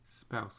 spouse